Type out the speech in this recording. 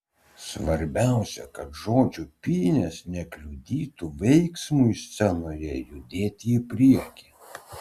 svarbiausia kad žodžių pynės nekliudytų veiksmui scenoje judėti į priekį